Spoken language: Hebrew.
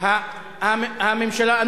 אני הפרעתי לו.